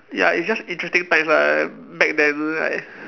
ya it's just interesting times lah back then like